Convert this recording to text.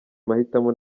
mahitamo